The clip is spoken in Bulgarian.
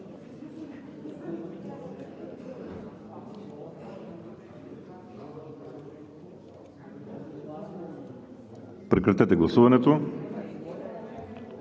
Прекратете гласуването